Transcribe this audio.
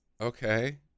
Okay